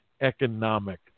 economic